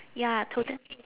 ya tota~